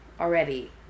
already